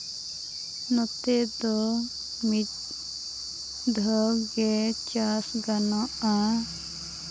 ᱱᱚᱛᱮ ᱫᱚ ᱢᱤᱫ ᱫᱷᱟᱣ ᱜᱮ ᱪᱟᱥ ᱜᱟᱱᱚᱜᱼᱟ